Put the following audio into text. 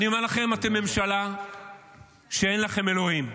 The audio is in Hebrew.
אני אומר לכם, אתם ממשלה שאין לה אלוהים.